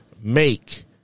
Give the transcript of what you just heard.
make